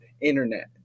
internet